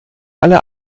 alle